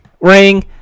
Ring